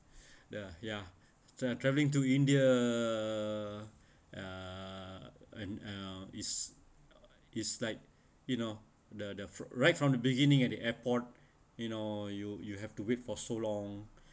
the ya tra~ travelling to india uh and uh is is like you know the the right from the beginning at the airport you know you you have to wait for so long